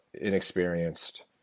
inexperienced